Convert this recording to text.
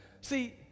See